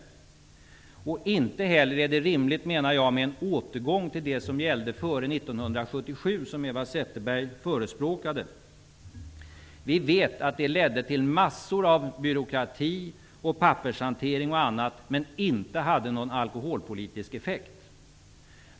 Det är inte heller rimligt med en återgång till de regler som gällde före 1977, som Eva Zetterberg förespråkade. De ledde till massor av byråkrati, pappershantering och annat, men de hade inte någon alkoholpolitisk effekt.